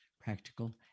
practical